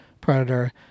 predator